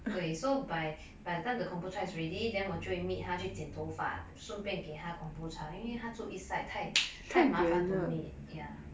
对 so by by the time the kombucha is ready then 我就会 meet 她去剪头发顺便给她 kombucha 因为她 east side 太太麻烦 to meet ya